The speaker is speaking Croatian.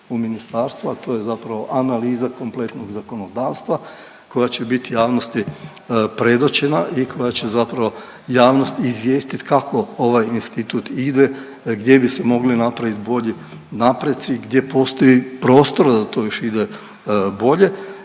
u ministarstvu, a to je zapravo analiza kompletnog zakonodavstva koja će biti javnosti predočena i koja će zapravo javnosti izvijestiti kako ovaj institut ide, gdje bi se mogli napraviti bolji napreci, gdje postoji prostor da to više ide bolje